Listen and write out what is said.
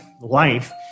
life